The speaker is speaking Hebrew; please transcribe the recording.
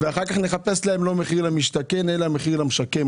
ואחר כך נחפש להם לא מחיר למשתכן אלא מחיר למשתקם,